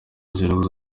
zari